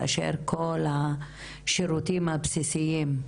כאשר כל השירותים הבסיסיים,